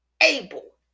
able